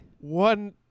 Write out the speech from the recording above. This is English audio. One